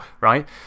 right